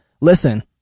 Listen